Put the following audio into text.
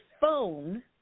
phone